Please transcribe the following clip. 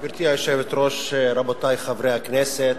גברתי היושבת-ראש, רבותי חברי הכנסת,